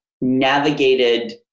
navigated